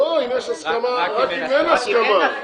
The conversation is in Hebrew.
לא, רק אם אין הסכמה.